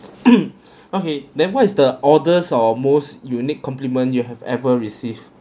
okay then what's the oddest or most unique compliment you have ever received